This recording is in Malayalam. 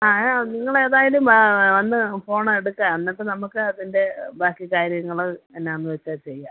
ആ നിങ്ങളേതായാലും വാ വന്ന് ഫോണെടുക്കാം എന്നിട്ട് നമുക്ക് അതിൻ്റെ ബാക്കി കാര്യങ്ങൾ എന്നാന്ന് വെച്ചാൽ ചെയ്യാം